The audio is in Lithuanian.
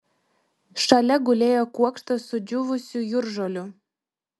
šalia gulėjo kuokštas sudžiūvusių jūržolių